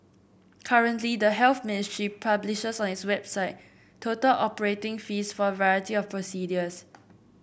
currently the Health Ministry publishes on its website total operation fees for a variety of procedures